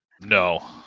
No